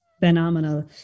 phenomenal